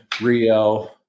Rio